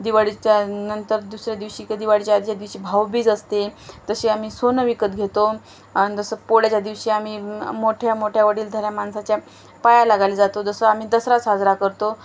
दिवाळीच्या नंतर दुसऱ्या दिवशी की दिवाळीच्या आधीच्या दिवशी भाऊबीज असते तशी आम्ही सोनं विकत घेतो आणि जसं पोळ्याच्या दिवशी आम्ही मोठ्या मोठ्या वडीलधाऱ्या माणसाच्या पाया लागायला जातो जसं आम्ही दसरा साजरा करतो